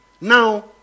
Now